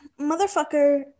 motherfucker